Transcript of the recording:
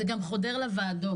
זה גם חודר לוועדות.